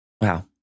Wow